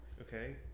Okay